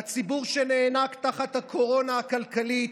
לציבור שנאנק תחת הקורונה הכלכלית,